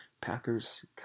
Packers